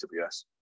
AWS